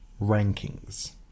rankings